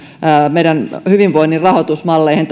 meidän hyvinvoinnin rahoitusmalleihin